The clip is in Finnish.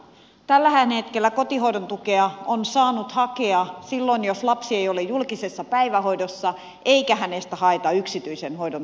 tällähän hetkellä kotihoidon tukea on saanut hakea silloin jos lapsi ei ole julkisessa päivähoidossa eikä hänestä haeta yksityisen hoidon tukea